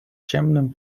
ciemnym